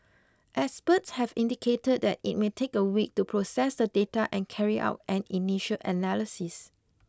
experts have indicated that it may take a week to process the data and carry out an initial analysis